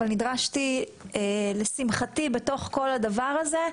אבל נדרשתי לשמחתי בתוך כל הדבר הזה,